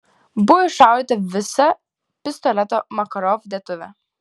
buvo iššaudyta visa pistoleto makarov dėtuvė